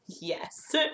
Yes